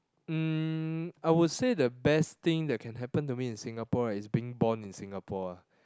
mm I would say the best thing that can happen to me in Singapore right is being born in Singapore ah